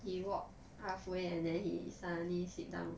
he walk halfway and then he suddenly sit down